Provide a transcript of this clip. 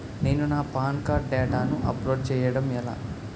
నేను నా PAN card డేటాను అప్లోడ్ చేయడం ఎలా?